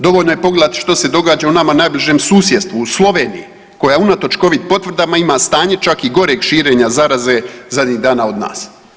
Dovoljno je pogledati što se događa u nama najbližem susjedstvu u Sloveniji koja unatoč Covid potvrdama ima stanje čak i goreg širenja zaraze zadnjih dana od nas.